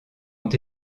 ont